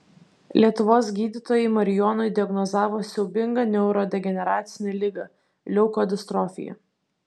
lietuvos gydytojai marijonui diagnozavo siaubingą neurodegeneracinę ligą leukodistrofija